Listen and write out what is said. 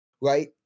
right